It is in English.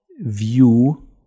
view